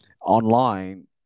online